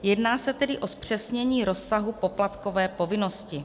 Jedná se tedy o zpřesnění rozsahu poplatkové povinnosti.